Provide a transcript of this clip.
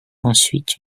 ensuite